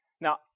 Now